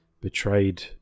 betrayed